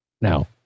Now